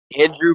Andrew